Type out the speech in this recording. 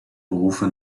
berufe